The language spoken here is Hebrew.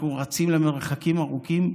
אנחנו רצים למרחקים ארוכים,